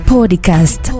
Podcast